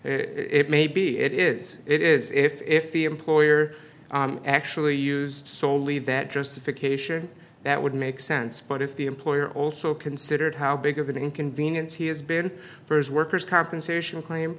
it may be it is it is if the employer actually used soley that justification that would make sense but if the employer also considered how big of an inconvenience he has been firs workers compensation claim